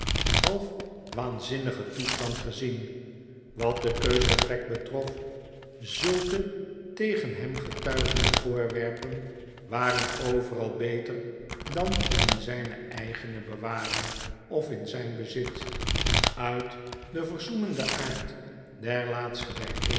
half waanzinnigen toestand gezien wat de keus der plek betrof zulke tegen hem getuigende voorwerpen waren overal beter dan in zyne eigene bewaring of in zijn bezit uit den verzoenenden aard der laatste